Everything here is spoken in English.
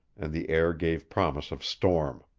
and the air gave promise of storm.